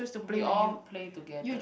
we all play together